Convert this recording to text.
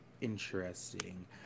interesting